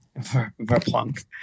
Verplank